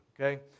okay